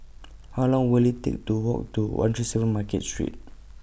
How Long Will IT Take to Walk to one three seven Market Street